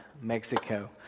Mexico